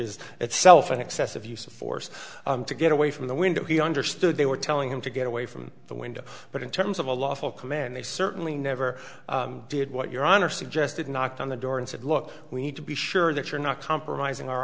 is itself an excessive use of force to get away from the window he understood they were telling him to get away from the window but in terms of a lawful command they certainly never did what your honor suggested knocked on the door and said look we need to be sure that you're not compromising our